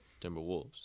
Timberwolves